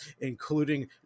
including